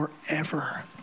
forever